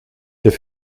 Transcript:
t’es